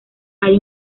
hay